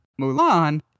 Mulan